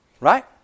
Right